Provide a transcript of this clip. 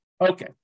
Okay